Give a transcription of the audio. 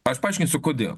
aš paaiškinsiu kodėl